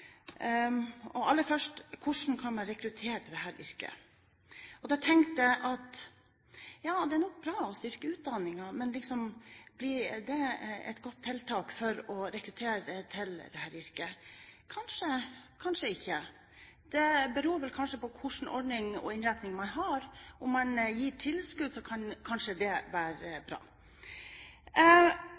Aller først: Hvordan kan man rekruttere til dette yrket? Da tenker jeg at det er nok bra å styrke utdanningen, men blir det et godt tiltak for å rekruttere til yrket? Kanskje, kanskje ikke. Det beror vel på hva slags ordning og innretning man har. Om man gir tilskudd, kan kanskje det være bra.